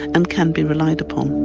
and can be relied upon.